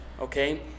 okay